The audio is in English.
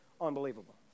Unbelievable